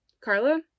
Carla